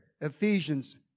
Ephesians